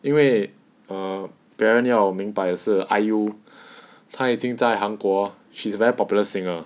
因为别人要我明白的是 IU 他已经在韩国 she's very popular singer